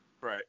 Right